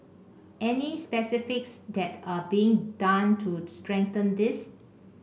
any specifics that are being done to strengthen this